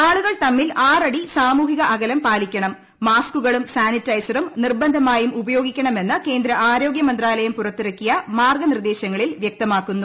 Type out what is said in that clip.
ആളുകൾ തമ്മിൽ ആറടി സാമൂഹിക അകലം പാലിക്കണം മാസ്കുകളും സാനിറ്റൈസറും നിർബന്ധമായും ഉപയോഗിക്കണം എന്ന് കേന്ദ്ര ആരോഗ്യമന്ത്രാലയം പുറത്തിറക്കിയ മാർഗനിർദേശങ്ങളിൽ വ്യക്തമാക്കുന്നു